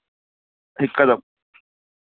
हिकदमि हा हा दादा